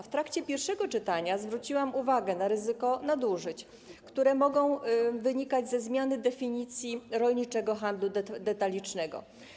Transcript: W trakcie pierwszego czytania zwróciłam uwagę na ryzyko nadużyć, które mogą wynikać ze zmiany definicji rolniczego handlu detalicznego.